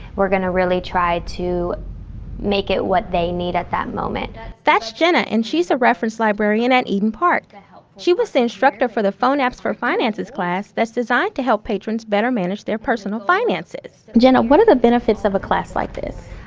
we're gonna really try to make it what they need at that moment. that's jenna and she's a reference librarian at eden park. and she was the instructor for the phone apps for finances class that's designed to help patrons better manage their personal finances. jenna, what are the benefits of a class like this?